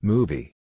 Movie